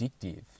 addictive